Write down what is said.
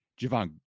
Javon